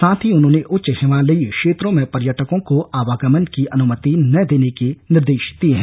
साथ ही उन्होंने उच्च हिमालयी क्षेत्रों में पर्यटकों को आवागमन की अनुमति न देने के निर्देश दिए हैं